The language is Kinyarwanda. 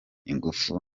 ingufu